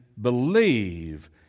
believe